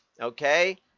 okay